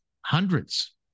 hundreds